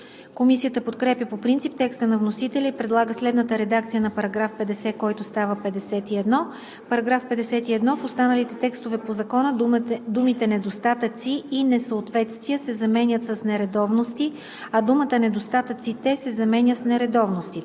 Комисията подкрепя по принцип текста на вносителя и предлага следната редакция на § 50, който става § 51: „§ 51. В останалите текстове на закона думите „недостатъци“ и „несъответствия“ се заменят с „нередовности“, а думата „недостатъците“ се заменя с „нередовностите“.“